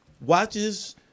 watches